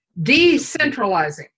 Decentralizing